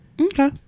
Okay